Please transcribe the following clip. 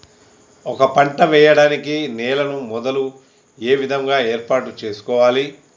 ఒక పంట వెయ్యడానికి నేలను మొదలు ఏ విధంగా ఏర్పాటు చేసుకోవాలి?